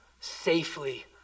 safely